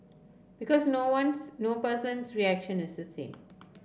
because no ones no person's reaction is the same